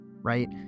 right